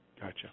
Gotcha